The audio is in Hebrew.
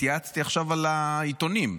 התייעצתי עכשיו על העיתונים.